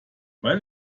weil